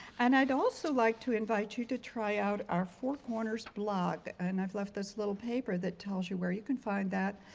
and i'd also like to invite you to try out our four corners blog, and i've left this little paper that tells you where you can find that,